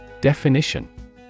Definition